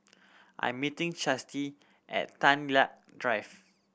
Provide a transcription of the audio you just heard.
I'm meeting Chasity at Tan Lia Drive